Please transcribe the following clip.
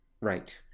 Right